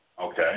Okay